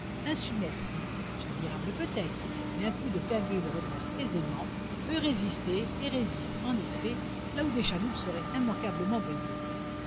insubmersible chavirable peut-être mais un coup de pagaye le redresse aisément peut résister et résiste en effet là où des chaloupes seraient immanquablement brisées